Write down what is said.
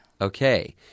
okay